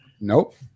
Nope